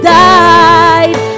died